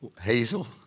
Hazel